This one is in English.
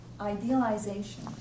idealization